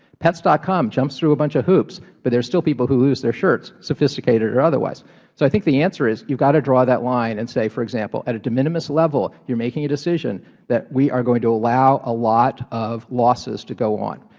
pets dot com jumps through a bunch of hoops, but there are still people who lose their shirts, sophisticated or otherwise. so i think the answer is you've got to draw that line and say, for example, on a de minimis level you're making a decision that we are going to allow a lot of losses to go on.